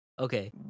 Okay